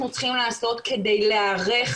על מה אנחנו צריכים לעשות כדי להיערך